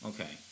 Okay